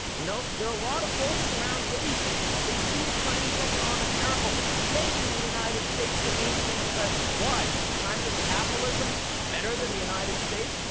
you know. there are a lot of folks around asia. they see the chinese economic miracle, but they're begging the united states to maintain a presence. why? because china does capitalism better than the united states?